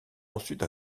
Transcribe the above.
ensuite